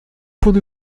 points